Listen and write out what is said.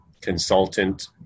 consultant